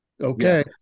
okay